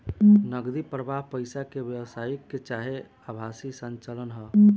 नगदी प्रवाह पईसा के वास्तविक चाहे आभासी संचलन ह